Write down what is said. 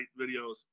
videos